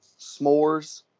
S'mores